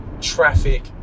traffic